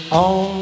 on